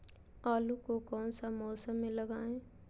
आलू को कौन सा मौसम में लगाए?